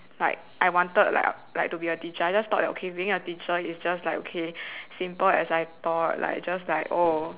like I wanted like like to be a teacher I just thought that okay being a teacher is just like okay simple as I thought like just like oh